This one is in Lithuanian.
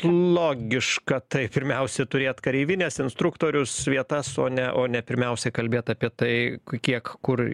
logiška taip pirmiausia turėt kareivines instruktorius vietas o ne o ne pirmiausia kalbėt apie tai kiek kur